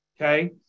Okay